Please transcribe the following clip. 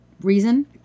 reason